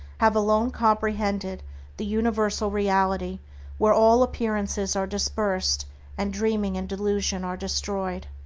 have alone comprehended the universal reality where all appearances are dispersed and dreaming and delusion are destroyed.